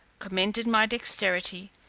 commended my dexterity,